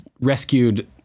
rescued